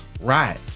Right